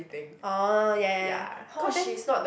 oh ya ya ya oh then